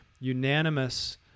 unanimous